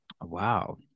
Wow